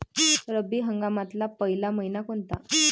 रब्बी हंगामातला पयला मइना कोनता?